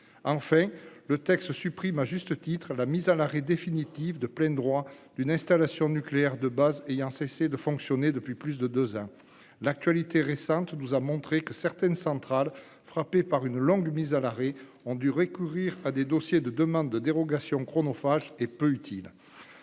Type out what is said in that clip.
Enfin, le texte supprime, à juste titre, la mise à l'arrêt définitif de plein droit d'une installation nucléaire de base ayant cessé de fonctionner depuis plus de deux ans. L'actualité récente nous a montré que certaines centrales frappées par une longue mise à l'arrêt ont dû recourir à des dossiers de demande de dérogation chronophages et peu utiles.